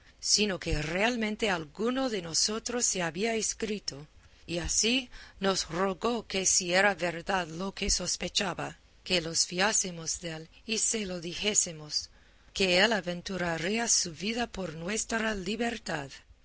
sino que realmente a alguno de nosotros se había escrito y así nos rogó que si era verdad lo que sospechaba que nos fiásemos dél y se lo dijésemos que él aventuraría su vida por nuestra libertad